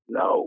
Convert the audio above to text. no